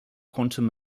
quantum